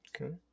Okay